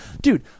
dude